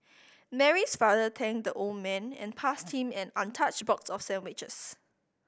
Mary's father thanked the old man and passed him an untouched box of sandwiches